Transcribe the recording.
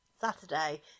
Saturday